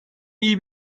iyi